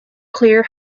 clear